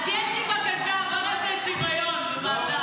אז יש לי בקשה: בואו נעשה שוויון בוועדה.